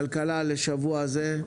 אני שמח לפתוח את דיוני ועדת הכלכלה לשבוע זה.